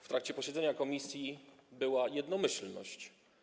W trakcie posiedzenia komisji była jednomyślność.